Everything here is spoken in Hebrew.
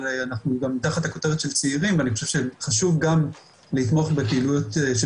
אנחנו גם תחת הכותרת של צעירים ואני חושב שחשוב גם לתמוך בפעילויות של